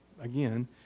again